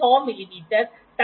तो यह एक बबल है जो गतिमान है